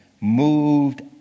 moved